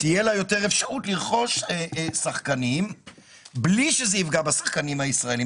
תהיה לה יותר אפשרות לרכוש שחקנים בלי שזה יפגע בשחקנים הישראלים.